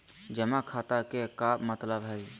जमा खाता के का मतलब हई?